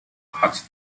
parts